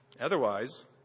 Otherwise